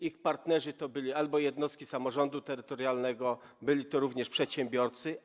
Ich partnerzy to były jednostki samorządu terytorialnego, byli to również przedsiębiorcy.